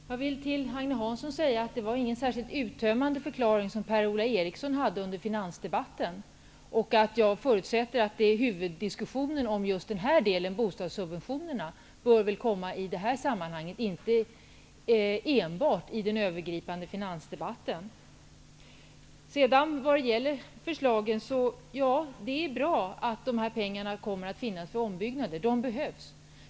Herr talman! Jag vill säga till Agne Hansson att det inte var någon särskilt uttömmande förklaring som Per-Ola Eriksson gav under finansdebatten. Jag förutsätter att huvuddiskussionen om bostadssubventionerna bör komma i det här sammanhanget, och inte enbart i den övergripande finansdebatten. Det är bra att det kommer förslag om pengar för ombyggnader - de pengarna behövs.